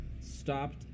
stopped